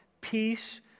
peace